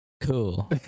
Cool